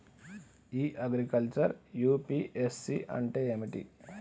ఇ agriculture UPSC అంటే ఏమిటి?